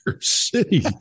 city